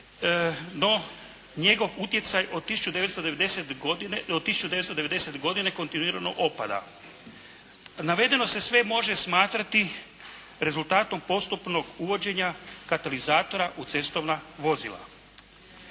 no njegov utjecaj od 1990. godine kontinuirano opada. Navedeno se sve može smatrati rezultatom postupnog uvođenja katalizatora u cestovna vozila.